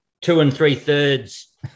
two-and-three-thirds